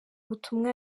butumwa